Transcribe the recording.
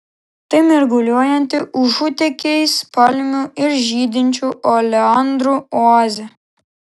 tai mirguliuojanti užutėkiais palmių ir žydinčių oleandrų oazė